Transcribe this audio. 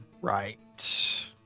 Right